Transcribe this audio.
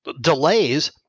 delays